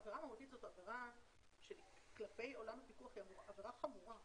עבירה מהותית זו עבירה שכלפי עולם הפיקוח היא עבירה חמורה.